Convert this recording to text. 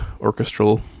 orchestral